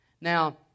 Now